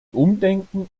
umdenken